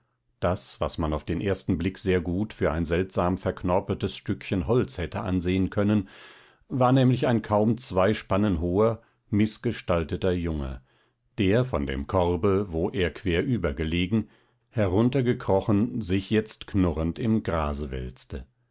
das was man auf den ersten blick sehr gut für ein seltsam verknorpeltes stückchen holz hätte ansehen können war nämlich ein kaum zwei spannen hoher mißgestalteter junge der von dem korbe wo er querüber gelegen heruntergekrochen sich jetzt knurrend im grase wälzte